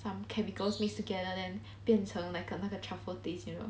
some chemicals mix together then 变成那个那个 truffle taste you know